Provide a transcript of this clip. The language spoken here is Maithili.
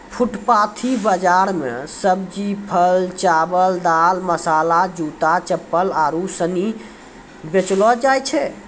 फुटपाटी बाजार मे सब्जी, फल, चावल, दाल, मसाला, जूता, चप्पल आरु सनी बेचलो जाय छै